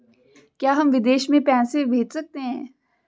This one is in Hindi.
क्या हम विदेश में पैसे भेज सकते हैं?